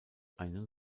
einen